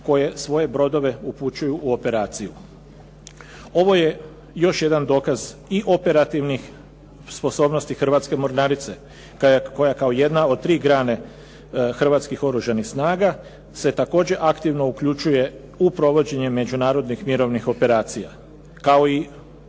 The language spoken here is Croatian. koje svoje brodove upućuju u operaciju. Ovo je još jedan dokaz i operativnih sposobnosti Hrvatske mornarice koja je kao jedna od tri grane Hrvatskih oružanih snaga se također aktivno uključuje u provođenje međunarodnih mirovnih operacija, kao i